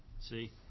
see